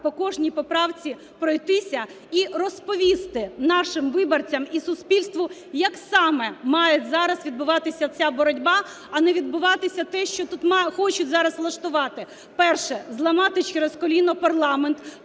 по кожній поправці пройтися, і розповісти нашим виборцям і суспільству як саме має зараз відбуватися ця боротьба, а не відбуватися те, що тут хочуть зараз влаштувати. Перше. Зламати через коліно парламент,